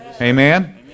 Amen